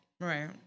Right